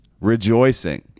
rejoicing